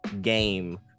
game